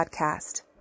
podcast